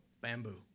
Bamboo